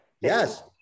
Yes